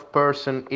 person